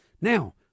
Now